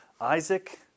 Isaac